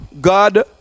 God